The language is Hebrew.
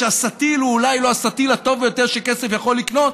שהסטי"ל הוא אולי לא הסטי"ל הטוב ביותר שכסף יכול לקנות,